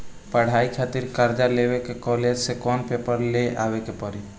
पढ़ाई खातिर कर्जा लेवे ला कॉलेज से कौन पेपर ले आवे के पड़ी?